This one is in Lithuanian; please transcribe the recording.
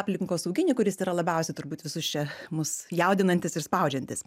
aplinkosauginį kuris tai yra labiausiai turbūt visus čia mus jaudinantis ir spaudžiantis